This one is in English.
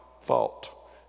fault